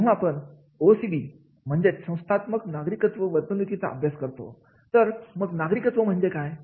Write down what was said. जेव्हा आपण ओसीबी म्हणजेच संस्थात्मक नागरिकत्व वर्तणुकीचा अभ्यास करतो तर मग नागरिकत्व म्हणजे काय